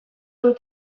duen